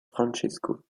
francesco